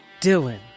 Dylan